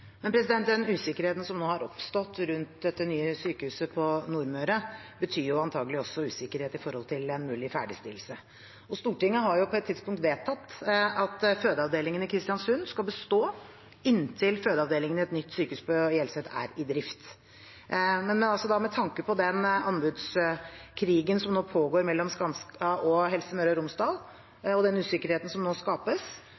den usikkerheten som nå har oppstått rundt dette nye sykehuset på Nordmøre, betyr antagelig også usikkerhet om en mulig ferdigstillelse. Stortinget har på et tidspunkt vedtatt at fødeavdelingen i Kristiansund skal bestå inntil fødeavdelingen ved et nytt sykehus på Hjelset er i drift. Med tanke på den anbudskrigen som nå pågår mellom Skanska og Helse Møre og Romsdal,